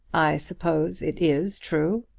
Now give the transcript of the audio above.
i suppose it is true?